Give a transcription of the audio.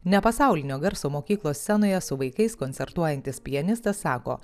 ne pasaulinio garso mokyklos scenoje su vaikais koncertuojantis pianistas sako